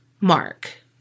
Mark